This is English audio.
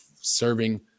serving